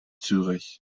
zürich